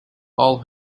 all